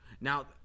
Now